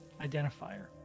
identifier